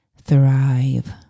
thrive